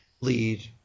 lead